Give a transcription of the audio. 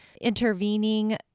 intervening